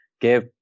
give